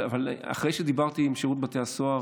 אבל אחרי שדיברתי עם שירות בתי הסוהר,